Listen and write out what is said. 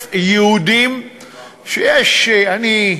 אדוני היושב-ראש,